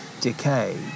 decay